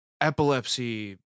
epilepsy